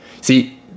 See